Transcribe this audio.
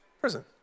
Prison